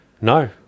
No